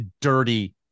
dirty